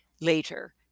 later